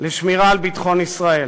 לשמירה על ביטחון ישראל.